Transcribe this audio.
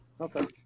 Okay